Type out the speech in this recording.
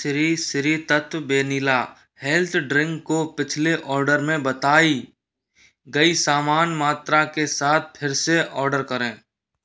Shri Sri Tattva vanilla health drink को पिछले order में बताई गई समान मात्रा के साथ फिर से ऑर्डर करें